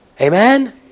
Amen